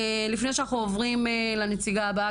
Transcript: לפני שאנחנו עוברים לנציגה הבאה,